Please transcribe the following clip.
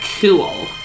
Cool